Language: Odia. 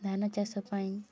ଧାନ ଚାଷ ପାଇଁ